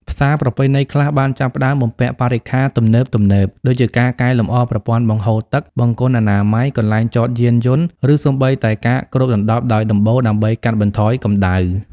ផ្សារប្រពៃណីខ្លះបានចាប់ផ្តើមបំពាក់បរិក្ខារទំនើបៗ ដូចជាការកែលម្អប្រព័ន្ធបង្ហូរទឹក បង្គន់អនាម័យ កន្លែងចតយានយន្ត ឬសូម្បីតែការគ្របដណ្តប់ដោយដំបូលដើម្បីកាត់បន្ថយកម្ដៅ។